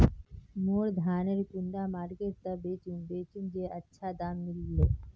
मोर धानेर कुंडा मार्केट त बेचुम बेचुम जे अच्छा दाम मिले?